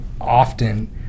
often